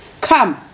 Come